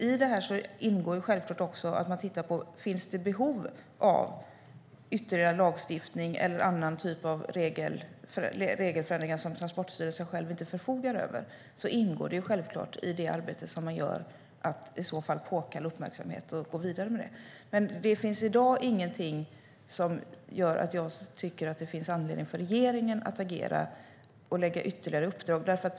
I det här ingår det självklart också att man tittar på om det finns behov av ytterligare lagstiftning eller av annan typ av regelförändringar som Transportstyrelsen själv inte förfogar över. Det ingår självklart i det arbete som man gör att i så fall påkalla uppmärksamhet och gå vidare med det. Men det finns i dag ingenting som gör att jag tycker att det finns anledning för regeringen att agera och ge ytterligare uppdrag.